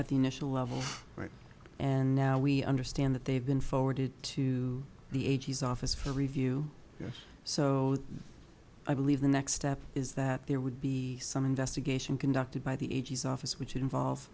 at the initial level right and now we understand that they've been forwarded to the eighty's office for review yes so i believe the next step is that there would be some investigation conducted by the a g s office which involve